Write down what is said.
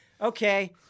okay